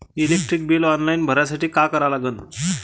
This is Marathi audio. इलेक्ट्रिक बिल ऑनलाईन भरासाठी का करा लागन?